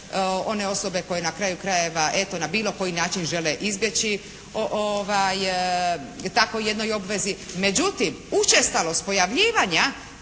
one osobe koje na kraju krajeva eto na bilo koji način žele izbjeći takvoj jednoj obvezi. Međutim, učestalost pojavljivanja